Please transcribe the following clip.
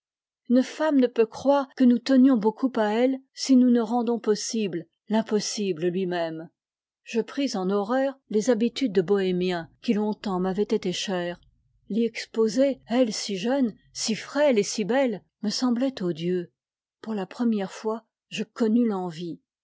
une femme ne peut croire que nous tenions beaucoup à elle si nous ne rendons possible l'impossible lui-même je pris en horreur les habitudes de bohémien qui longtemps m'avaient été chères l'y exposer elle si jeune si frêle et si belle me semblait odieux pour la première fois je connus l'envie